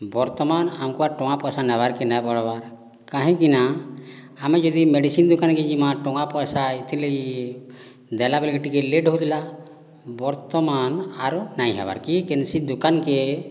ବର୍ତ୍ତମାନ ଆମ୍କୁ ଆର୍ ଟଙ୍କା ପଇସା ନେବାର୍କେ ନାଇଁ ପଡ଼ବାର୍ କାହିଁକିନା ଆମେ ଯଦି ମେଡ଼ିସିନ୍ ଦୁକାନକେ ଯିମା ଟଙ୍କା ପଇସା ଏଥିର୍ଲାଗି ଦେଲା ବେଲ୍କୁ ଟିକେ ଲେଟ୍ ହଉଥିଲା ବର୍ତ୍ତମାନ୍ ଆରୁ ନାଇଁ ହବାର୍ କିଏ କେନ୍ସି ଦୁକାନ କେ